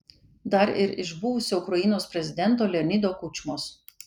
dar ir iš buvusio ukrainos prezidento leonido kučmos